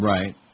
Right